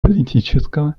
политического